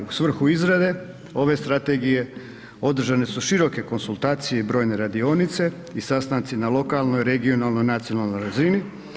U svrhu izrade ove strategije održane su široke konzultacije i brojne radionice i sastanci na lokalnoj, regionalnoj, nacionalnoj razini.